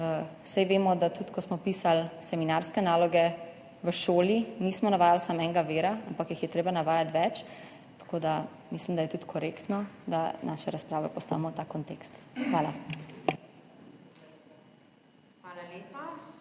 Saj vemo, da tudi ko smo pisali seminarske naloge v šoli, nismo navajali samo enega vira, ampak jih je treba navajati več. Mislim, da je korektno, da tudi naše razprave postavimo v ta kontekst. Hvala.